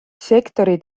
sektori